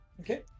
Okay